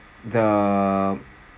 the